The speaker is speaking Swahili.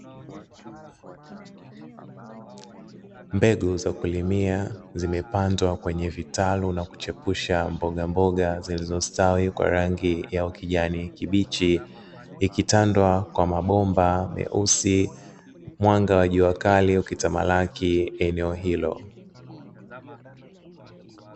Mbegu za kulimia zimepandwa kwenye vitalu na kuchepusha mbogamboga zilizostawi kwa rangi ya ukijani kibichi ikitandwa kwa mabomba meusi, mwanga wa jua kali ukitamalaki eneo hilo.